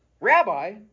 Rabbi